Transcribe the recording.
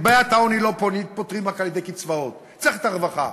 את בעיית העוני לא פותרים רק על-ידי קצבאות; צריך את הרווחה.